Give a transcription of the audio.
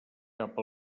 cap